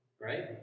Right